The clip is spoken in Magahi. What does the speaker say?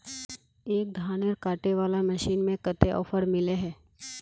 एक धानेर कांटे वाला मशीन में कते ऑफर मिले है?